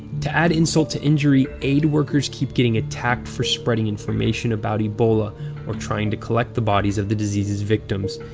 to add insult to injury, aid workers keep getting attacked for spreading information about ebola or trying to collect the bodies of the disease's victims.